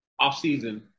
offseason